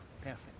Perfect